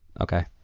Okay